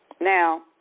Now